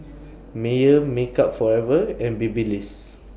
Mayer Makeup Forever and Babyliss